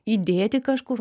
įdėti kažkur